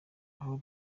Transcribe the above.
aho